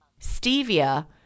stevia